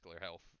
health